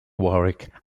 warwick